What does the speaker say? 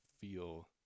feel